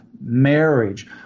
marriage